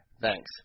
Thanks